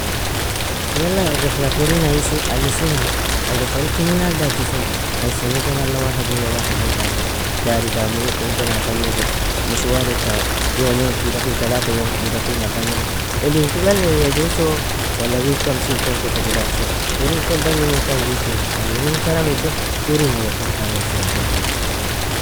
Yala in rihlak urin ayisi_alisinga ayga fa ukimunayal dachiso ay esen udan الله واحد نية واحد lo dali, dari damunika udan abagniri, mushwareaka يومين kida fin تلاتة يوم kida fin abagniri, elin tulal newya jusoo? Wala wiel kamsin ton tefega dagsoo? Urin ken bagnimun tan jusinga ay minin karam ido urin ayga ken khaynisinga firgir.